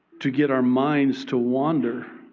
to get our minds to wander.